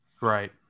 Right